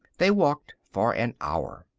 they walked for an hour.